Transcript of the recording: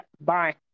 Bye